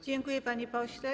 Dziękuję, panie pośle.